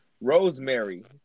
Rosemary